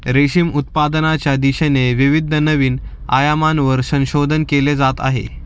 रेशीम उत्पादनाच्या दिशेने विविध नवीन आयामांवर संशोधन केले जात आहे